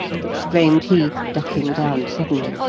exclaimed he, ducking down suddenly.